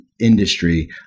industry